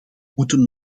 moeten